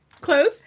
clothes